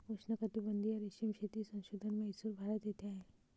उष्णकटिबंधीय रेशीम शेती संशोधन म्हैसूर, भारत येथे आहे